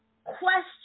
question